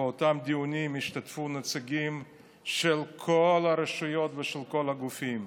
ובאותם דיונים השתתפו נציגים של כל הרשויות ושל כל הגופים: